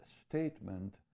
statement